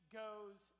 goes